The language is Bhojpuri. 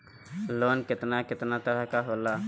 लोन केतना केतना तरह के होला?